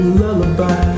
lullaby